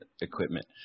equipment